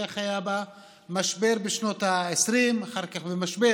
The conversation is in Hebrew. כך היה במשבר בשנות העשרים, אחר כך במשבר